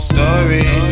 Story